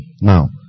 Now